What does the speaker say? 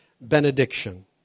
benediction